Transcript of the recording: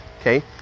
okay